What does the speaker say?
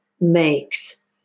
makes